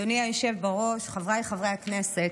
אדוני היושב-ראש, חבריי חברי הכנסת,